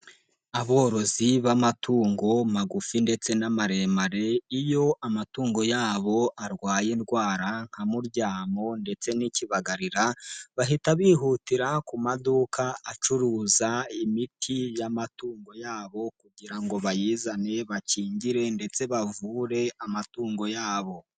Aborozi b'amatungo magufi ndetse n'amaremare, iyo amatungo yabo arwaye indwara nka muryamo ndetse n'ikibagarira, bahita bihutira ku maduka acuruza imiti y'amatungo yabo kugira ngo bayizane bakingire ndetse bavubure amatungo yabo.